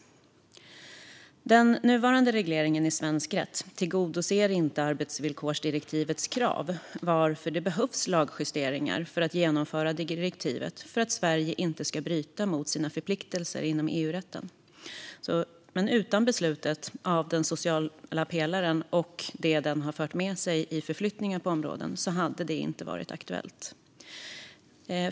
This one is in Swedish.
Den nuvarande regleringen i svensk rätt tillgodoser inte arbetsvillkorsdirektivets krav, varför det behövs lagjusteringar för att genomföra direktivet för att Sverige inte ska bryta mot sina förpliktelser enligt EU-rätten. Utan beslutet om den sociala pelaren och det den har fört med sig i förflyttningar på området hade detta inte varit aktuellt.